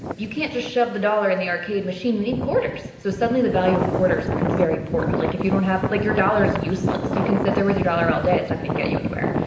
you can't just shove the dollar in the arcade machine. you need quarters, so suddenly, the value of quarters becomes very important. like, if you don't have like, your dollar's useless. you can sit there with your dollar all day. it's not going to get you anywhere.